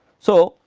so,